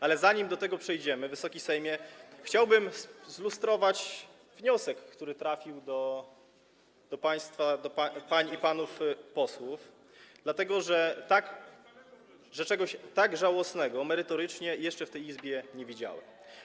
Ale zanim do tego przejdziemy, Wysoki Sejmie, chciałbym zlustrować wniosek, który trafił do państwa, do pań i panów posłów, dlatego że czegoś tak żałosnego merytorycznie jeszcze w tej Izbie nie widziałem.